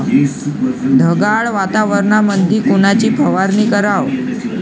ढगाळ वातावरणामंदी कोनची फवारनी कराव?